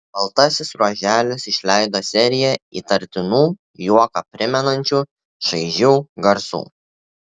baltasis ruoželis išleido seriją įtartinų juoką primenančių šaižių garsų